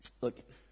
Look